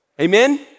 Amen